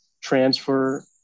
transfer